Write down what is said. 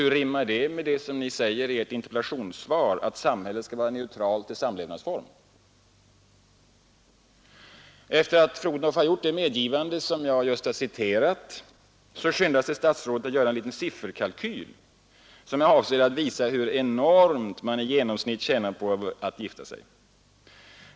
Hur rimmar det med uttalandet i interpellationssvaret att samhället skall vara neutralt till samlevnadsform? Efter att ha gjort det medgivande jag nyss citerade, skyndade sig statsrådet att göra en liten sifferkalkyl, som är avsedd att visa hur enormt mycket man i genomsnitt tjänar på att gifta sig.